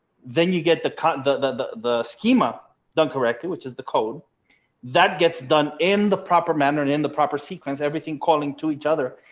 then you get the cut and the the schema done correctly, which is the code that gets done in the proper manner. and in the proper sequence, everything calling to each other.